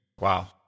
Wow